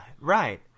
right